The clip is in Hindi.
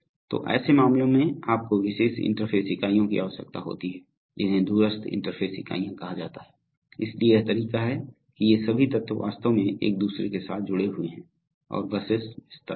तो ऐसे मामलों में आपको विशेष इंटरफ़ेस इकाइयों की आवश्यकता होती है जिन्हें दूरस्थ इंटरफ़ेस इकाइयाँ कहा जाता है इसलिए यह तरीका है कि ये सभी तत्व वास्तव में एक दूसरे के साथ जुड़े हुए हैं और बसें विस्तारित हैं